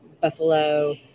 Buffalo